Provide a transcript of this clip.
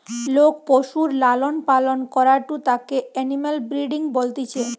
লোক পশুর লালন পালন করাঢু তাকে এনিম্যাল ব্রিডিং বলতিছে